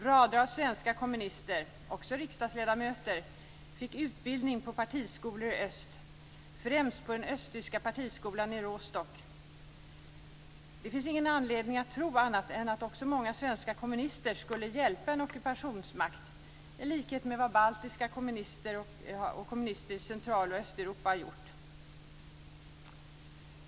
Rader av svenska kommunister - också riksdagsledamöter - fick utbildning på partiskolor i öst, främst på den östtyska partihögskolan i Rostock. Det finns ingen anledning att tro annat än att också många svenska kommunister skulle ha hjälpt en ockupationsmakt i likhet med det som baltiska kommunister och kommunister i Central och Östeuropa gjorde.